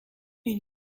une